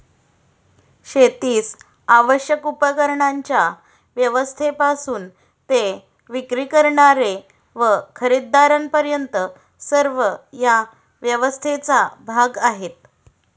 शेतीस आवश्यक उपकरणांच्या व्यवस्थेपासून ते विक्री करणारे व खरेदीदारांपर्यंत सर्व या व्यवस्थेचा भाग आहेत